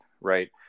right